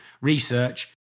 research